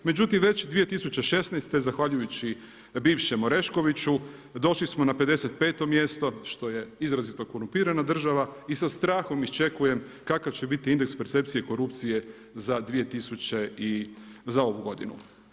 Međutim, već 2016., zahvaljujući bivšem Oreškoviću, došli smo na 55. mjesto što je izrazito korumpirana država i sa strahom očekujem kakav će biti indeks percepcije korupcije za 2017., za ovu godinu.